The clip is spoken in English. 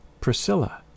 Priscilla